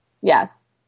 Yes